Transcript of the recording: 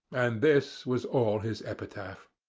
and this was all his epitaph.